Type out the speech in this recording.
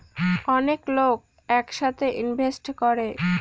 অনেক লোক এক সাথে ইনভেস্ট করে